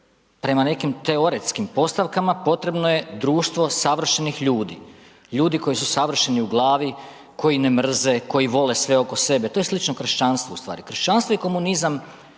prema nekim teoretskim postavkama potrebno je društvo savršenih ljudi, ljudi koji su savršeni u glavi, koji ne mrze, koji vole sve oko sebe, to je slično kršćanstvu ustvari, kršćanstvo i komunizam